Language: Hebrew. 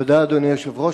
תודה, אדוני היושב-ראש.